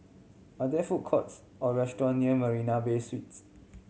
are there food courts or restaurant near Marina Bay Suites